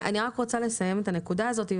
אני רק רוצה לסיים את הנקודה הזאת.